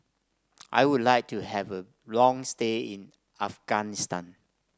I would like to have a long stay in Afghanistan